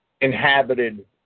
inhabited